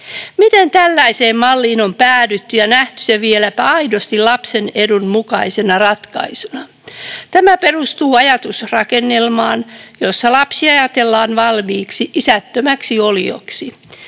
Miten tällaiseen malliin on päädytty ja nähty se vieläpä aidosti lapsen edun mukaisena ratkaisuna? Tämä perustuu ajatusrakennelmaan, jossa lapsi ajatellaan valmiiksi isättömäksi olioksi,